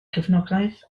cefnogaeth